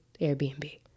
Airbnb